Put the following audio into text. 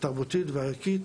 התרבותית והערכית